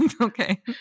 okay